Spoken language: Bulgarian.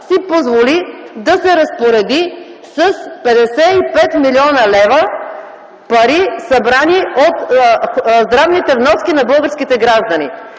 си позволи да се разпореди с 55 млн. лв. пари, събрани от здравните вноски на българските граждани.